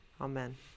Amen